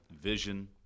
vision